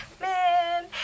Man